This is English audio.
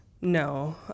no